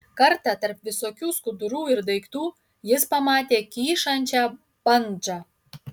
kartą tarp visokių skudurų ir daiktų jis pamatė kyšančią bandžą